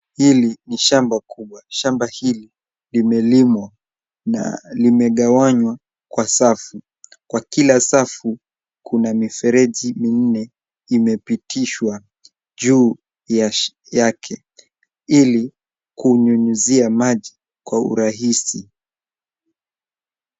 Hili ni shamba kubwa. Shamba hili limelimwa na limegawanywa kwa safu. Kwa kila safu kuna mifereji minne imepitishwa juu yake ili kunyunyizia maji kwa urahisi.